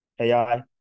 AI